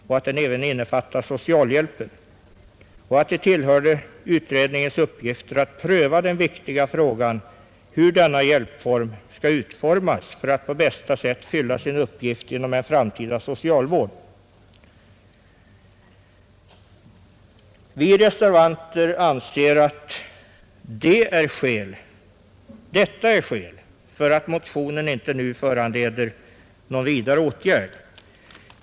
Det uppdraget innefattar även socialhjälpen, och det tillhör utredningens uppgifter att pröva den viktiga frågan hur denna hjälp skall utformas för att på bästa sätt fylla sin uppgift inom en framtida socialvård. Vi reservanter anser att detta är skäl för att motionen nu inte föranleder någon åtgärd.